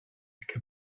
que